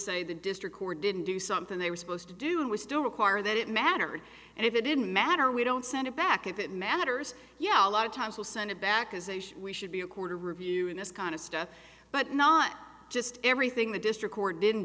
the district court didn't do something they were supposed to do and we still require that it mattered and if it didn't matter we don't send it back if it matters yeah a lot of times we'll send it back as we should be a quarter reviewing this kind of stuff but not just everything the district court didn't